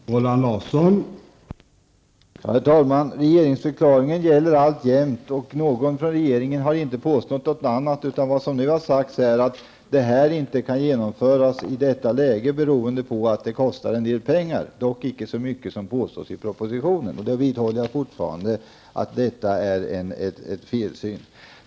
Herr talman! Regeringsförklaringen gäller alltjämt. Någon från regeringen har inte påstått något annat. Vad som nu har sagts är att detta inte kan genomföras i nuvarande läge beroende på att det kostar en del pengar, dock inte så mycket som man påstår i propositonen. Jag vidhåller fortfarande att det är en felsyn.